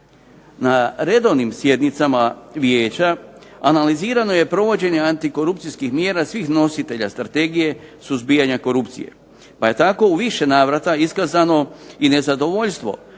Na redovnim sjednicama vijeća analizirano je provođenje antikorupcijskih mjera svih nositelja strategije suzbijanja korupcije. Pa je tako u više navrata iskazano i nezadovoljstvo